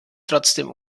trotzdem